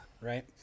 right